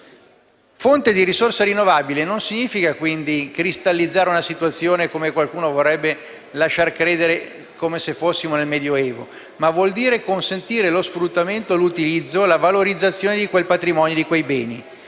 fonte di risorsa rinnovabile significa, quindi, non cristallizzare una situazione - come qualcuno vorrebbe far credere, e come se fossimo nel medioevo - ma consentire lo sfruttamento, l'utilizzo e la valorizzazione di quel patrimonio e di quei beni,